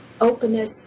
openness